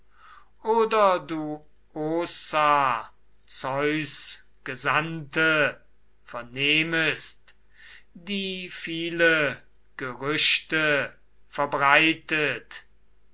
oder du ossa zeus gesandte vernehmest die viele gerüchte verbreitet